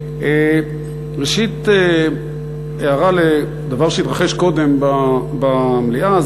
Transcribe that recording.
ראשית הערה לדבר שהתרחש קודם במליאה,